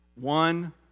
One